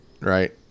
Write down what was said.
right